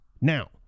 Now